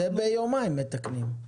זה ביומיים מתקנים.